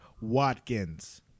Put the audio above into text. Watkins